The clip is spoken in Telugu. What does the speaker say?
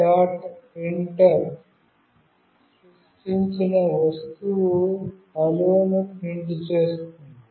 printf సృష్టించిన వస్తువు హలోను ప్రింట్ చేస్తుంది